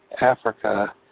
Africa